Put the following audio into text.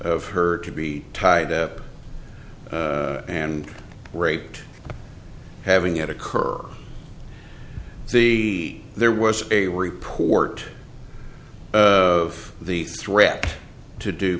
of her to be tied up and raped having it occur she there was a report of the threat to do